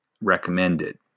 recommended